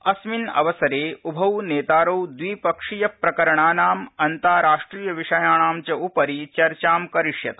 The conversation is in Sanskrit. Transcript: अस्मिन् अवसरे उभौ नेतारौ द्विपक्षीय प्रकरणानाम् अन्ताराष्ट्रियविषयाणां च उपरि चर्चा करिष्यतः